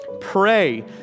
Pray